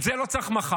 את זה לא צריך מחר,